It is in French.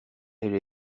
elle